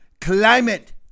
Climate